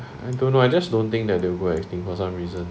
I don't know I just don't think that they'll go extinct for some reason